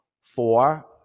Four